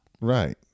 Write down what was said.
Right